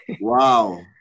Wow